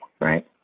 right